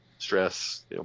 stress